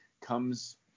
comes –